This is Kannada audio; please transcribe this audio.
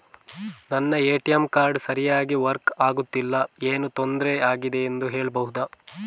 ನನ್ನ ಎ.ಟಿ.ಎಂ ಕಾರ್ಡ್ ಸರಿಯಾಗಿ ವರ್ಕ್ ಆಗುತ್ತಿಲ್ಲ, ಏನು ತೊಂದ್ರೆ ಆಗಿದೆಯೆಂದು ಹೇಳ್ಬಹುದಾ?